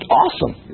awesome